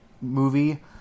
movie